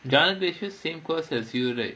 john gracius same course as you right